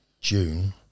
June